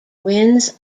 winds